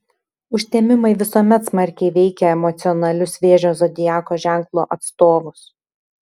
užtemimai visuomet smarkiai veikia emocionalius vėžio zodiako ženklo atstovus